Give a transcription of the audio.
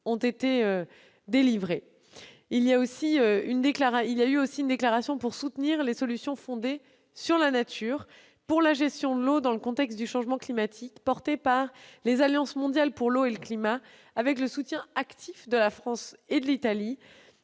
ont été délivrés. Une déclaration a été faite pour soutenir les solutions fondées sur la nature pour la gestion de l'eau dans le contexte du changement climatique, portée par les alliances mondiales pour l'eau et le climat, avec le soutien actif de la France et de l'Italie,